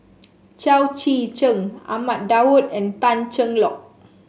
Chao Tzee Cheng Ahmad Daud and Tan Cheng Lock